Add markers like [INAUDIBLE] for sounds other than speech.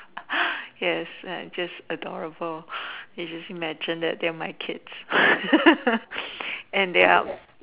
yes they are just adorable you just imagine that they're my kids [LAUGHS] and they are